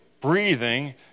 breathing